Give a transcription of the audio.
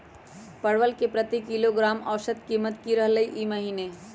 परवल के प्रति किलोग्राम औसत कीमत की रहलई र ई महीने?